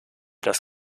das